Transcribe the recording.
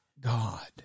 God